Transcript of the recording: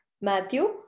Matthew